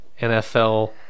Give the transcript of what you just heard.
NFL